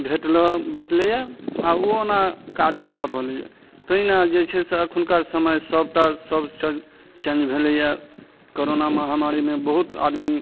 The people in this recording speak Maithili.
भेटल भेटलइ अइ ओना काज भऽ रहलइए तहिना जे छै से एखुनका समय सबटा सब चेंज भेलइए करोना महामारीमे बहुत आदमी